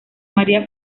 maría